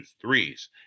threes